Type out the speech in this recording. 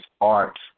art